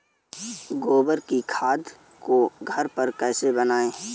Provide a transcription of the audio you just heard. गोबर की खाद को घर पर कैसे बनाएँ?